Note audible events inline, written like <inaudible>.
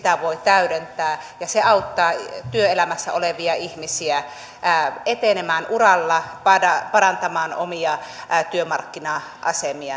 sitä voi täydentää ja se auttaa työelämässä olevia ihmisiä etenemään uralla parantamaan omaa työmarkkina asemaa <unintelligible>